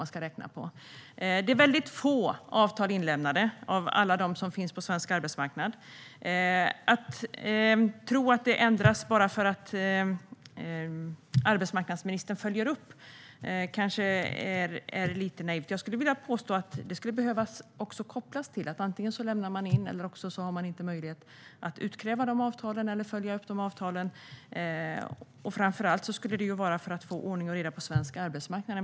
Av alla avtal som finns på svensk arbetsmarknad är det väldigt få som är inlämnade, och det kanske är lite naivt att tro att detta ändras bara för att arbetsmarknadsministern gör en uppföljning. Jag skulle vilja påstå att det skulle behövas bestämmelser om att man inte får möjlighet att utkräva eller följa upp dessa avtal om man inte lämnar in dem. Framför allt skulle detta vara en viktig faktor för att få ordning och reda på svensk arbetsmarknad.